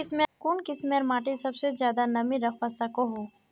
कुन किस्मेर माटी सबसे ज्यादा नमी रखवा सको हो?